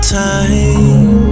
time